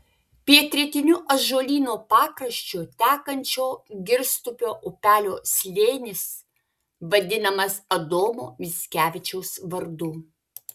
pietrytiniu ąžuolyno pakraščiu tekančio girstupio upelio slėnis vadinamas adomo mickevičiaus vardu